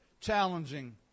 challenging